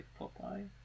Popeye